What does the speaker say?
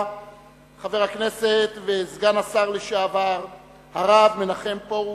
חבר הכנסת וסגן השר לשעבר הרב מנחם פרוש,